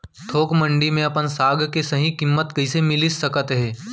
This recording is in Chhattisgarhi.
थोक मंडी में अपन साग के सही किम्मत कइसे मिलिस सकत हे?